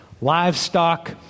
livestock